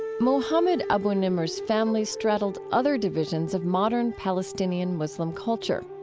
mohammed abu-nimer's family straddled other divisions of modern palestinian muslim culture.